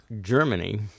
Germany